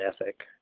ethic